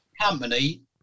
company